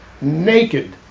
naked